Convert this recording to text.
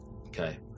Okay